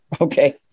Okay